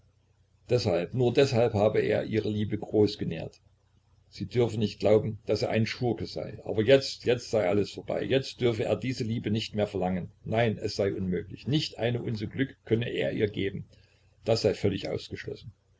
deshalb nur deshalb habe er ihre liebe großgenährt sie dürfe nicht glauben daß er ein schurke sei aber jetzt jetzt sei alles vorbei jetzt dürfe er diese liebe nicht mehr verlangen nein es sei unmöglich nicht eine unze glück könne er ihr geben das sei völlig ausgeschlossen